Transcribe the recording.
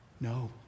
No